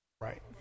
Right